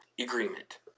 Agreement